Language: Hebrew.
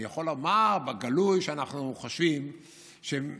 אני יכול לומר בגלוי שאנחנו חושבים שבצבא